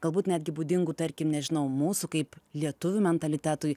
galbūt netgi būdingų tarkim nežinau mūsų kaip lietuvių mentalitetui